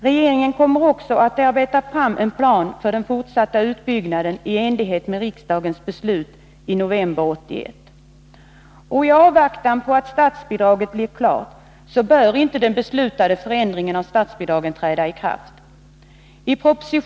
Regeringen kommer också att arbeta fram en plan för den fortsatta utbyggnaden i enlighet med riksdagens beslut i november 1981. I avvaktan på att statsbidragssystemet blir klart bör inte den beslutade förändringen av statsbidraget träda i kraft.